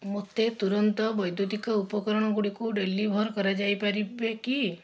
ମୋତେ ତୁରନ୍ତ ବୈଦ୍ୟୁତିକ ଉପକରଣ ଗୁଡ଼ିକୁ ଡେଲିଭର୍ କରାଯାଇପାରିବ କି